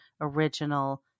original